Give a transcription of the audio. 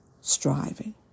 striving